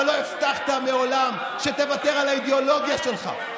אבל לא הבטחת מעולם שתוותר על האידיאולוגיה שלך,